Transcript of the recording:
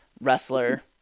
wrestler